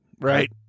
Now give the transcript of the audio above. Right